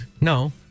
No